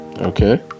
Okay